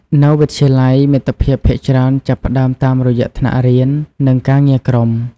នៅវិទ្យាល័យ មិត្តភាពភាគច្រើនចាប់ផ្តើមតាមរយៈថ្នាក់រៀន និងការងារក្រុម។